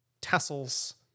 tassels